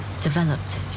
developed